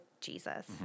Jesus